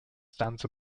stands